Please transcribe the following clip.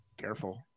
Careful